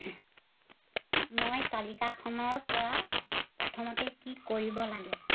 মই তালিকাখনৰ পৰা প্ৰথমতে কি কৰিব লাগে